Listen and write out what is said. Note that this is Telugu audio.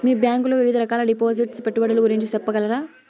మీ బ్యాంకు లో వివిధ రకాల డిపాసిట్స్, పెట్టుబడుల గురించి సెప్పగలరా?